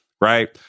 right